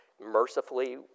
mercifully